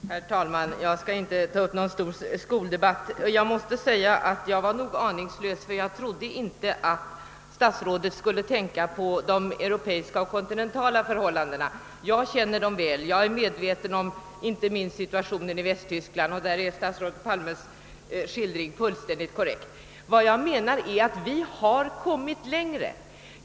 Herr talman! Jag skall inte ta upp någon stor skoldebatt. Jag måste säga att jag var nog så aningslös att jag inte trodde, att statsrådet skulle syfta på europeiska och kontinentala förhållanden. Jag känner dem väl. Jag är medveten om inte minst situationen i Västtyskland. Beträffande den är statsrådet Palmes skildring fullständigt korrekt. Vi har för vår del kommit längre.